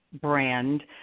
brand